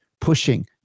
pushing